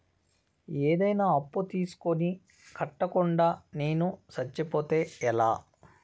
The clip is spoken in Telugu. ఏదైనా అప్పు తీసుకొని కట్టకుండా నేను సచ్చిపోతే ఎలా